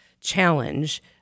challenge